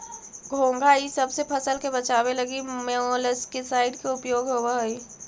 घोंघा इसब से फसल के बचावे लगी मोलस्कीसाइड के उपयोग होवऽ हई